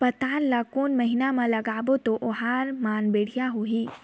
पातल ला कोन महीना मा लगाबो ता ओहार मान बेडिया होही?